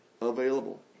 available